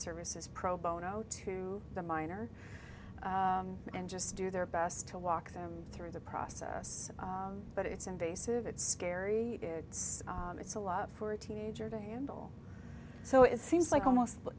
services pro bono to the minor and just do their best to walk them through the process but it's invasive it's scary it's it's a lot for a teenager to handle so it seems like almost